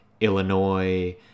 Illinois